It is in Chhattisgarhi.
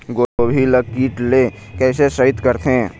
गोभी ल कीट ले कैसे सइत करथे?